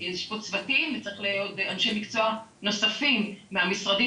יש פה צוותים ואנשי מקצוע נוספים מהמשרדים